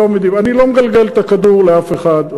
אני לא מגלגל את הכדור לאף אחד.